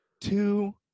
Two